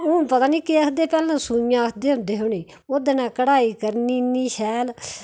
हून पता नेईं केह् आक्खदे पैहलें उसी सोइयां आक्खदे होंदे हे उनेंगी ओहदे कन्नै कढ़ाई करनी इन्नी शैल